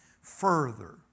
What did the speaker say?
further